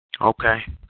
Okay